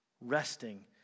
resting